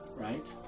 Right